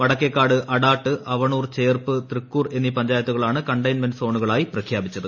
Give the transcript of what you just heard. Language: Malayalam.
വടക്കേകാട് അടാട്ട് അവണൂർ ചേർപ്പ് തൃക്കൂർ എന്നീ പഞ്ചായത്തുകളാണ് കണ്ടൈൻമെന്റ് സോണുകളായി പ്രഖ്യാപിച്ചത്